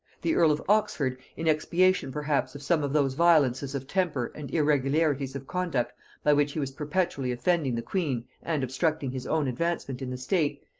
the earl of oxford, in expiation perhaps of some of those violences of temper and irregularities of conduct by which he was perpetually offending the queen and obstructing his own advancement in the state,